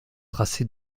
tracé